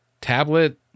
tablet